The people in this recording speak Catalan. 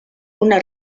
una